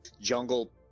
jungle